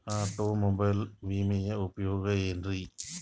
Automobile ವಿಮೆಯ ಉಪಯೋಗ ಏನ್ರೀ?